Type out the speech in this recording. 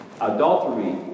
adultery